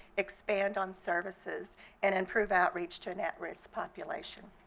expand on services and improve outreach to an at-risk population.